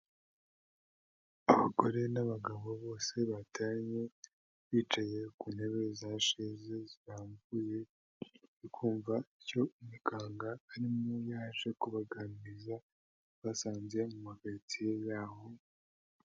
Abagore n'abagabo, bose bateranye bicaye ku ntebe za sheze zirambuye, bari kumva icyo umukanga arimo yaje kubaganiriza, abasanze mu makaritsiye yabo.